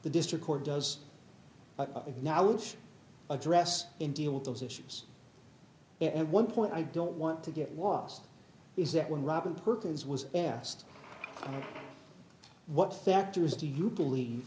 the district court does of now which address and deal with those issues and one point i don't want to get was is that when robin perkins was asked what factors do you believe